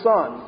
Son